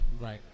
Right